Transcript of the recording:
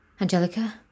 Angelica